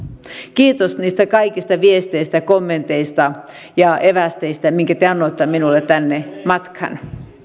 kiitos niistä kaikista viesteistä ja kommenteista ja eväistä mitkä te annoitte minulle tänne matkaan